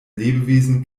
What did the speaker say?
lebewesen